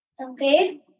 Okay